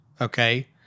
okay